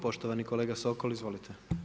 Poštovani kolega Sokol, izvolite.